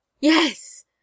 Yes